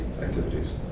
activities